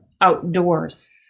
outdoors